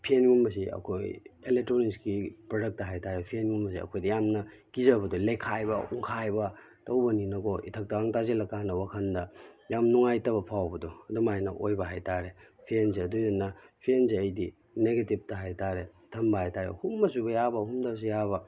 ꯐꯦꯟꯒꯨꯝꯕꯁꯤ ꯑꯩꯈꯣꯏ ꯑꯦꯂꯦꯛꯇ꯭ꯔꯣꯅꯤꯛꯁꯀꯤ ꯄ꯭ꯔꯗꯛꯇ ꯍꯥꯏꯕꯇꯥꯔꯦ ꯐꯦꯟꯒꯨꯝꯕꯁꯦ ꯑꯩꯈꯣꯏꯗ ꯌꯥꯝꯅ ꯀꯤꯖꯕꯗꯣ ꯂꯩꯈꯥꯏꯕ ꯎꯪꯈꯥꯏꯕ ꯇꯧꯕꯅꯤꯅꯀꯣ ꯏꯊꯛꯇ ꯇꯥꯁꯤꯜꯂꯛꯀꯥꯟꯗ ꯋꯥꯈꯜꯗ ꯌꯥꯝ ꯅꯨꯡꯉꯥꯏꯇꯕ ꯐꯥꯎꯕꯗꯨ ꯑꯗꯨꯃꯥꯏꯅ ꯑꯣꯏꯕ ꯍꯥꯏꯕꯇꯥꯔꯦ ꯐꯦꯟꯁꯦ ꯑꯗꯨꯒꯤꯗꯨꯅ ꯐꯦꯟꯁꯦ ꯑꯩꯗꯤ ꯅꯦꯒꯦꯇꯤꯞꯇ ꯍꯥꯏꯇꯥꯔꯦ ꯊꯝꯕ ꯍꯥꯏꯇꯥꯔꯦ ꯍꯨꯝꯃꯁꯨ ꯌꯥꯕ ꯍꯨꯝꯗ꯭ꯔꯁꯨ ꯌꯥꯕ